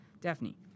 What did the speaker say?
Daphne